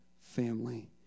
family